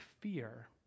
fear